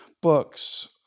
books